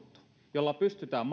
jolla pystytään